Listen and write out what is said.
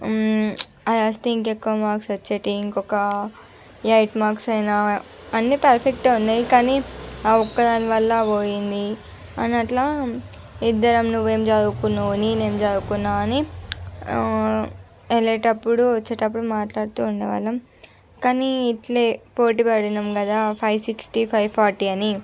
అలా వస్తే ఇంకా ఎక్కువ మార్క్స్ వచ్చేవి ఇంకొక ఎయిట్ మార్క్స్ అయినా అన్ని పర్ఫెక్టే ఉన్నాయి కానీ ఒక్క దానివల్ల పోయింది అని అట్లా ఇద్దరం నువ్వేమి చదువుకున్నావు నేనేమి చదువుకున్నాను అని వెళ్ళేటప్పుడు వచ్చేటప్పుడు మాట్లాడుతూ ఉండేవాళ్ళము కానీ ఇట్లే పోటీ పడినం కదా ఫైవ్ సిక్స్టీ ఫైవ్ ఫార్టీ అని